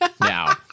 now